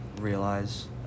realize